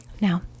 Now